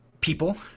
people